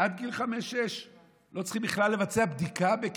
עד גיל 6-5 לא צריכים בכלל לבצע בדיקה בכניסה.